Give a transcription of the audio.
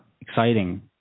exciting